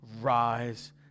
rise